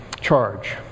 charge